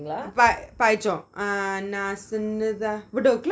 படிச்சோம்:padichom uh நான் சின்னதா:naan sinnatha bedok lah